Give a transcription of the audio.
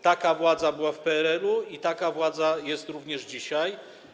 Taka władza była w PRL-u i taka władza jest również dzisiaj.